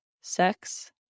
sex